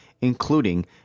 including